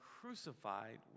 crucified